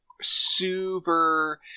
super